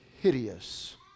hideous